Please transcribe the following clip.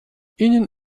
ihnen